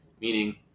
meaning